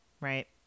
right